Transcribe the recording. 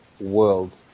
world